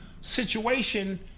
situation